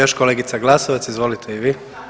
Još kolegica Glasovac, izvolite i vi.